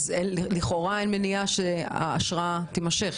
לכאורה אין מניעה שהאשרה תימשך,